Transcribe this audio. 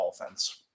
offense